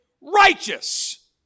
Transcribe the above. righteous